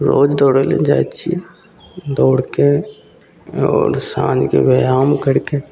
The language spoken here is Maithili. रोज दौड़ै लेल जाइ छिए दौड़के आओर साँझके व्यायाम करिके